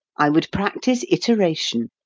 i would practise iteration,